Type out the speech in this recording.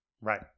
right